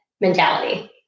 mentality